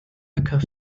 höcker